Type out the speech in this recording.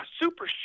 super